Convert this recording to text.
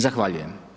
Zahvaljujem.